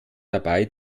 dabei